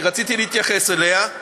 כי רציתי להתייחס אליה,